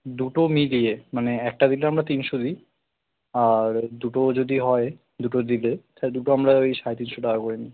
দুটো মিলিয়ে মানে একটা দিলে আমরা তিনশো দিই আর দুটো যদি হয় দুটো দিলে তাহলে দুটো আমরা ওই সাড়ে তিনশো টাকা করে নিই